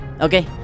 Okay